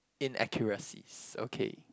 inaccuracies okay